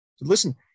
listen